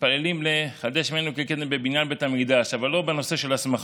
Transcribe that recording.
מתפללים ל"חדש ימינו כקדם" בנושא של המקדש אבל לא בנושא של השמחות.